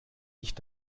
nicht